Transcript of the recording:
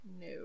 No